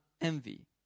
envy